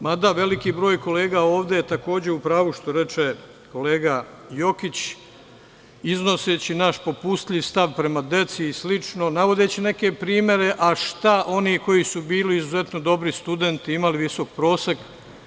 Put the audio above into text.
Mada veliki broj kolega ovde, takođe u pravu, što reče kolega Jokić, iznoseći naš popustljiv stav prema deci i sl. navodeći neke primere - a šta oni koji su bili izuzetno dobri studenti, imali su visok prosek?